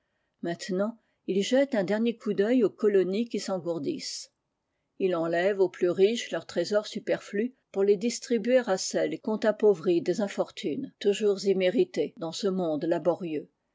maintenant il jette un dernier coup d'ceil aux colonies qui s'engourdissent il enlève aux plus riches leurs trésors superflus pour les distribuer à celles qu'ont appauvries des infortunes toujours imméritées dans ce monde laborieux